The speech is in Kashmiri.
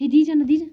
یہِ دِی جَلدِی دی جَل